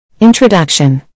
Introduction